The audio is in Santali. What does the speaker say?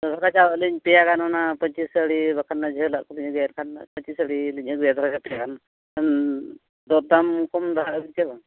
ᱚᱱᱟ ᱠᱟᱪᱟ ᱟᱹᱞᱤᱧ ᱯᱮᱭᱟ ᱜᱟᱱ ᱚᱱᱟ ᱯᱟᱹᱧᱪᱤ ᱵᱟᱠᱷᱟᱱ ᱚᱱᱟ ᱡᱷᱟᱹᱞᱟᱜ ᱠᱚᱞᱤᱧ ᱟᱹᱜᱩᱭᱟ ᱮᱱᱠᱷᱟᱱ ᱯᱟᱹᱧᱪᱤ ᱥᱟᱹᱲᱤᱞᱤᱧ ᱟᱹᱜᱩᱭᱟ ᱯᱮᱭᱟ ᱜᱟᱱ ᱠᱷᱟᱱ ᱫᱚᱨᱫᱟᱢ ᱠᱚᱢ ᱫᱚᱦᱚᱭᱟ ᱪᱮ ᱵᱟᱝ